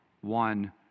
one